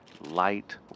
light